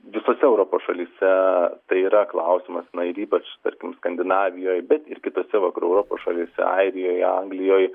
visose europos šalyse tai yra klausimas na ir ypač tarkim skandinavijoj bet ir kitose vakarų europos šalyse airijoj anglijoj